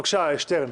בבקשה, שטרן.